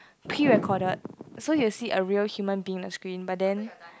pre recorded so you see a real human being on the screen but then